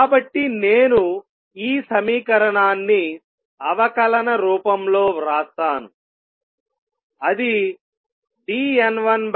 కాబట్టి నేను ఈ సమీకరణాన్ని అవకలన రూపంలో వ్రాస్తాను